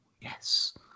yes